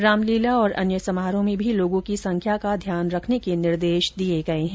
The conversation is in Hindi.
रामलीला और अन्य समारोह में भी लोगों की संख्या का ध्यान रखने के निर्देश दिए गए हैं